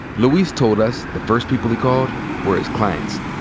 luis told us the first people he called were his clients,